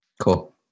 Cool